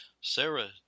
Sarah